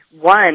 one